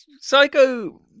psycho